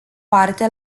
parte